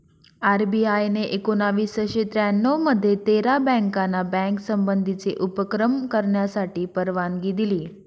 RBI ने एकोणावीसशे त्र्यानऊ मध्ये तेरा बँकाना बँक संबंधीचे उपक्रम करण्यासाठी परवानगी दिली